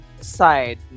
side